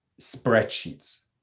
spreadsheets